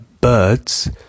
birds